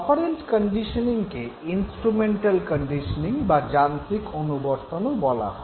operant কন্ডিশনিংকে instrumental conditioning বা যান্ত্রিক অনুবর্তনও বলা হয়